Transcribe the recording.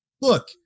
Look